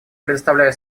предоставляю